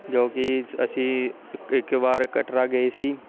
ਜੋ ਕਿ ਅਸੀਂ ਇਕ ਇੱਕ ਵਾਰ ਕਟਰਾ ਗਏ ਸੀ